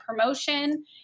promotion